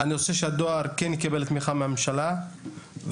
אני רוצה שהדואר כן יקבל תמיכה מהממשלה ואני